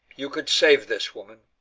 you could save this woman.